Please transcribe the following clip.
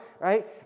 right